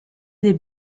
des